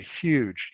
huge